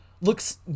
looks